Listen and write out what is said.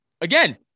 again